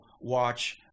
watch